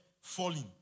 falling